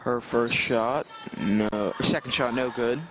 her first shot second shot no good